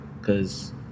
Cause